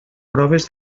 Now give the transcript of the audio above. proves